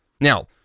Now